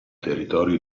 territorio